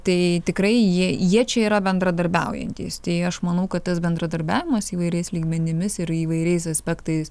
tai tikrai jie jie čia yra bendradarbiaujantys tei aš manau kad tas bendradarbiavimas įvairiais lygmenimis ir įvairiais aspektais